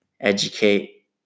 educate